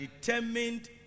determined